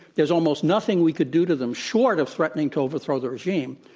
there's almost nothing we could do to them, short of threatening to overthrow the regime,